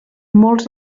molts